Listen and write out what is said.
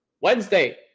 Wednesday